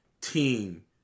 team